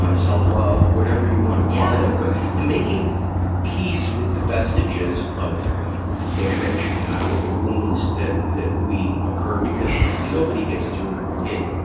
self-love, whatever you want to call it. but in making peace with the vestiges of the damage or the wounds that, that we occur, because ah nobody gets through it,